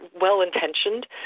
well-intentioned